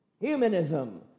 humanism